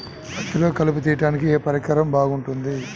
పత్తిలో కలుపు తీయడానికి ఏ పరికరం బాగుంటుంది?